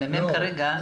לא,